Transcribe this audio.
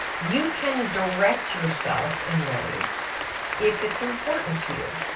you can direct yourself in ways if it's important to you.